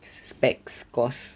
specs course